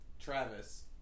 Travis